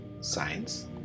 science